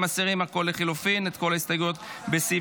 אתם מסירים את כל ההסתייגויות לחלופין לסעיף